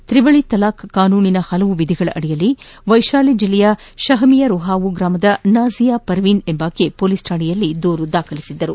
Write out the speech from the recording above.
ತ್ರಿವಳಿ ತಲಾಖ್ ಕಾನೂನಿನ ಹಲವು ವಿಧಿಗಳದಿ ವೈಶಾಲಿ ಜಿಲ್ಲೆಯ ಶಾಹಮಿಯ ರೊಹಾವು ಗ್ರಾಮದ ನಾಝಿಯಾ ಪರ್ವೀನ್ ಎಂಬಾಕೆ ಪೊಲೀಸ್ ಠಾಣೆಯಲ್ಲಿ ದೂರು ದಾಖಲಿಸಿದ್ದರು